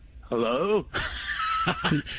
Hello